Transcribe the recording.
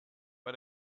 bei